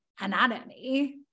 anatomy